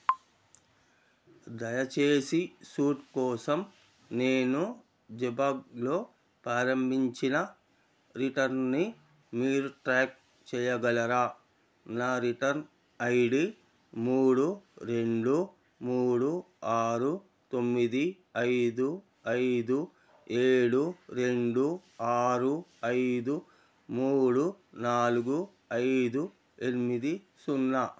దయచేసి సూట్ కోసం నేను జబాంగ్లో ప్రారంభించిన రిటర్న్ని మీరు ట్రాక్ చేయగలరా నా రిటర్న్ ఐ డీ మూడు రెండు మూడు ఆరు తొమ్మిది ఐదు ఐదు ఏడు రెండు ఆరు ఐదు మూడు నాలుగు ఐదు ఎనిమిది సున్నా